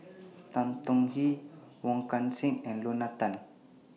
Tan Tong Hye Wong Kan Seng and Lorna Tan